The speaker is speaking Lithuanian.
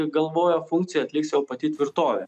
galvojo funkciją atliks jau pati tvirtovė